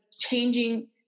changing